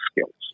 skills